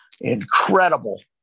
incredible